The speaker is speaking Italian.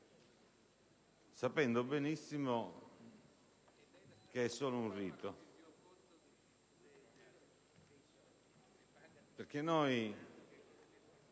sapendo benissimo che è solo un rito, perché